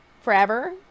forever